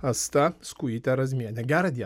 asta skujyte razmiene gerą dieną